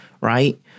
right